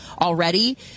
already